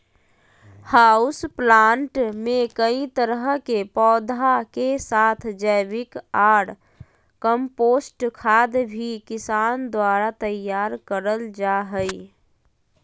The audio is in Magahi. हाउस प्लांट मे कई तरह के पौधा के साथ जैविक ऑर कम्पोस्ट खाद भी किसान द्वारा तैयार करल जा हई